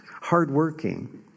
hardworking